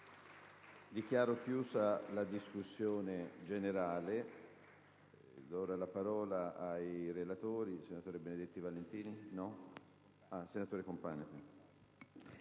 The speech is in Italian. Dichiaro chiusa la discussione generale.